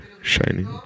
shining